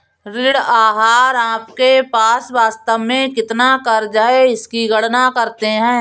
ऋण आहार आपके पास वास्तव में कितना क़र्ज़ है इसकी गणना करते है